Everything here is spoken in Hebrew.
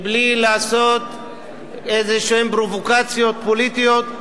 בלי לעשות איזשהן פרובוקציות פוליטיות,